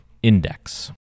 index